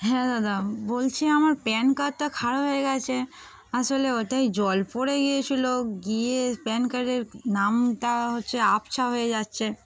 হ্যাঁ দাদা বলছি আমার প্যান কার্ডটা খারাপ হয়ে গেছে আসলে ওটাই জল পড়ে গিয়েছিলো গিয়ে প্যান কার্ডের নামটা হচ্ছে আবছা হয়ে যাচ্ছে